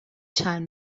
چند